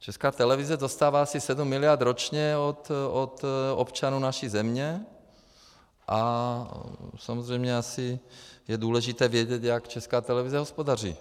Česká televize dostává asi sedm miliard ročně od občanů naší země a samozřejmě je asi důležité vědět, jak Česká televize hospodaří.